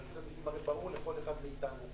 מרשות המסים הרי ברור לכל אחד מאתנו,